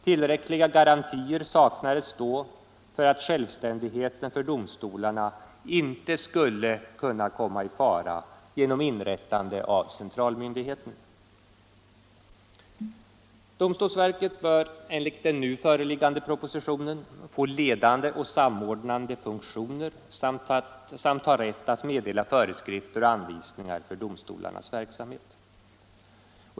Tillräckliga garantier saknades då för att självständigheten för domstolarna inte skulle kunna komma i fara genom inrättande av centralmyndigheten. Domstolsverket bör enligt den nu föreliggande propositionen få ledande och samordnande funktioner samt ha rätt att meddela föreskrifter och anvisningar för domstolarnas verksamhet.